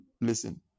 listen